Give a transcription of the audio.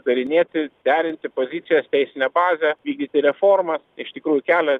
darinėti derinti pozicijas teisinę bazę vykdyti reformas iš tikrųjų kelia